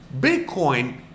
Bitcoin